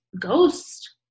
ghost